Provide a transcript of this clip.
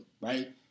right